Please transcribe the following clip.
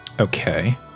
Okay